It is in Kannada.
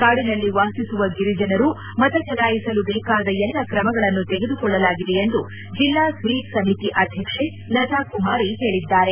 ಕಾಡಿನಲ್ಲಿ ವಾಸಿಸುವ ಗಿರಿಜನರು ಮತಚಲಾಯಿಸಲು ಬೇಕಾದ ಎಲ್ಲ ಕ್ರಮಗಳನ್ನು ತೆಗೆದುಕೊಳ್ಳಲಾಗಿದೆ ಎಂದು ಜಿಲ್ಲಾ ಸ್ವೀಪ್ ಸಮಿತಿ ಅಧ್ಯಕ್ಷೆ ಲತಾಕುಮಾರಿ ಹೇಳಿದ್ದಾರೆ